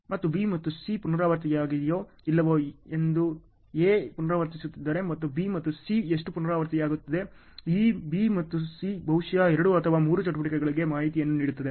ಮತ್ತು B ಮತ್ತು C ಪುನರಾವರ್ತನೆಯಾಗುತ್ತದೆಯೋ ಇಲ್ಲವೋ ಎಂದು A ಪುನರಾವರ್ತಿಸುತ್ತಿದ್ದರೆ ಮತ್ತು B ಮತ್ತು C ಎಷ್ಟು ಪುನರಾವರ್ತನೆಯಾಗುತ್ತಿದೆ ಈ B ಮತ್ತು C ಬಹುಶಃ ಎರಡು ಅಥವಾ ಮೂರು ಚಟುವಟಿಕೆಗಳಿಗೆ ಮಾಹಿತಿಯನ್ನು ನೀಡುತ್ತದೆ